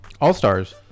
all-stars